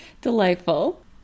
Delightful